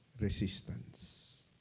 resistance